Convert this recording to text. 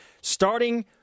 Starting